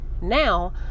Now